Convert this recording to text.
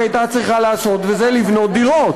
הייתה צריכה לעשות וזה לבנות דירות,